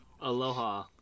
Aloha